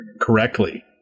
correctly